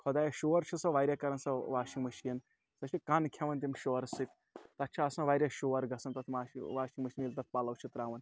خۄدایہ شور چھِ سۄ واریاہ کَران سۄ واشِنٛگ مِشیٖن سۄ چھ کَن کھٮ۪وان تَمہِ شورٕ سٕتۍ تَتھ چھِ آسان واریاہ شور گژھان تَتھ ماشنگ واشِنٛگ مِشیٖن ییٚلہِ تَتھ پَلَو چھِ ترٛاوان